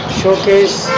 showcase